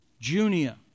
Junia